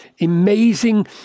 amazing